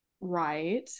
right